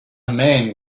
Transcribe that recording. man